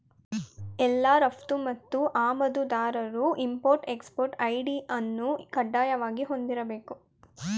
ಎಲ್ಲಾ ರಫ್ತು ಮತ್ತು ಆಮದುದಾರರು ಇಂಪೊರ್ಟ್ ಎಕ್ಸ್ಪೊರ್ಟ್ ಐ.ಡಿ ಅನ್ನು ಕಡ್ಡಾಯವಾಗಿ ಹೊಂದಿರಬೇಕು